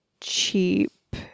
cheap